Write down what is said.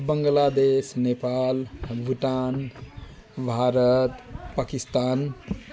Bangladesh Nepal Bhutan Bharat Pakistan